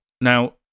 Now